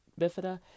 bifida